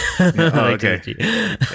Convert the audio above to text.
okay